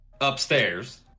upstairs